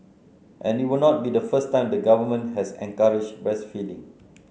and it would not be the first time the government has encouraged breastfeeding